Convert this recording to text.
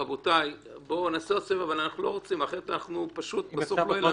רבותיי, נעשה עוד סבב, אבל בסוף לא יהיה לנו חוק.